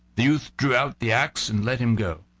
the youth drew out the axe and let him go.